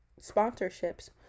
sponsorships